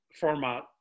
format